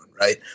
right